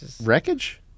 wreckage